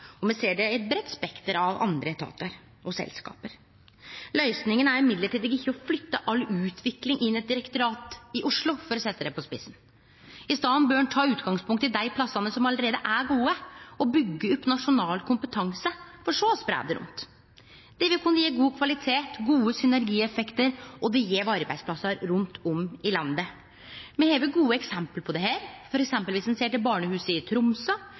og me ser det i eit breitt spekter av andre etatar og selskap. Men løysinga er ikkje å flytte all utvikling inn i eit direktorat i Oslo, for å setje det på spissen. I staden bør ein ta utgangspunkt i dei plassane som alt er gode, og byggje opp nasjonal kompetanse for så å spreie det rundt. Det vil kunne gje god kvalitet, gode synergieffektar, og det gjev arbeidsplassar rundt om i landet. Me har gode eksempel på dette dersom ein ser f.eks. på barnehuset i